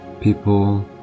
people